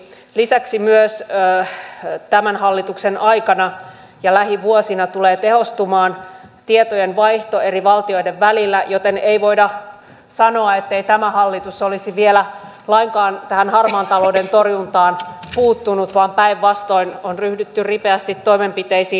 lisäksi myös tämän hallituksen aikana ja lähivuosina tulee tehostumaan tietojenvaihto eri valtioiden välillä joten ei voida sanoa ettei tämä hallitus olisi vielä lainkaan tähän harmaan talouden torjuntaan puuttunut vaan päinvastoin on ryhdytty ripeästi toimenpiteisiin